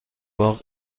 باغ